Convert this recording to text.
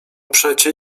przecie